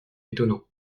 étonnant